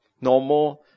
normal